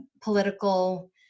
political